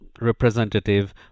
representative